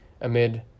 amid